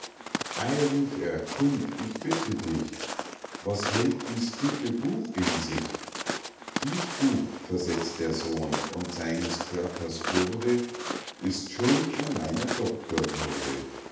rief er kind ich bitte dich was hält dies dicke buch in sich dies buch versetzt der sohn und seines körpers bürde ist schuld an meiner